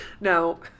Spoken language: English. No